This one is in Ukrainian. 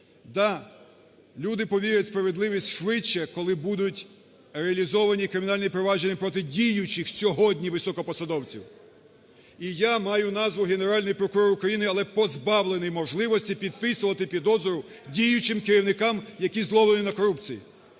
Да, люди повірять у справедливість швидше, коли будуть реалізовані кримінальні провадження проти діючих сьогодні високопосадовців. І я маю назву Генеральний прокурор України, але позбавлений можливості підписувати підозру діючим керівникам, які зловлені на корупції!